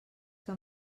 que